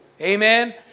Amen